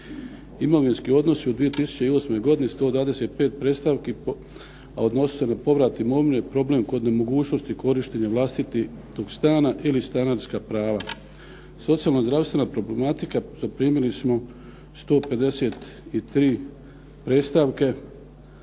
Imovinski odnosi u 2008. godini 125 predstavki, a odnosili se na povrat imovine, problem kod nemogućnosti korištenja vlastitog stana ili stanarska prava. Socijalno-zdravstvena problematika, zaprimili smo 153 predstavke